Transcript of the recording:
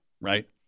right